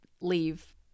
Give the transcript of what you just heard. leave